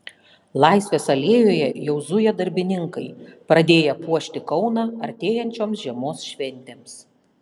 laisvės alėjoje jau zuja darbininkai pradėję puošti kauną artėjančioms žiemos šventėms